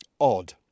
odd